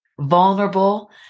Vulnerable